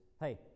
hey